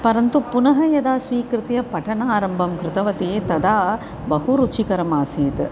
परन्तु पुनः यदा स्वीकृत्य पठनम् आरम्भं कृतवती तदा बहु रुचिकरम् आसीत्